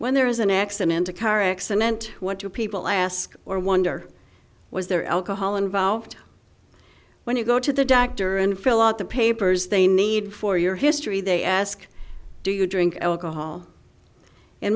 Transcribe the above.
when there is an accident a car accident what you people ask or wonder was there alcohol involved when you go to the doctor and fill out the papers they need for your history they ask do you drink alcohol